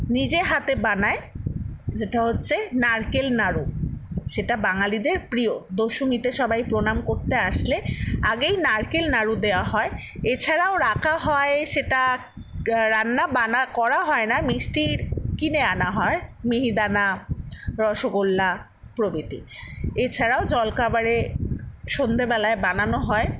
নিজে হাতে বানায় যেটা হচ্ছে নারকেল নাড়ু সেটা বাঙালিদের প্রিয় দশমীতে সবাই প্রণাম করতে আসলে আগেই নারকেল নাড়ু দেওয়া হয় এছাড়াও রাখা হয় সেটা রান্না করা হয় না মিষ্টি কিনে আনা হয় মিহিদানা রসগোল্লা প্রভৃতি এছাড়াও জলখাবারে সন্ধেবেলায় বানানো হয়